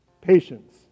patience